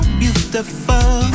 beautiful